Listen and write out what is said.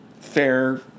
fair